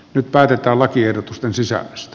nyt päätetään lakiehdotusten sisällöstä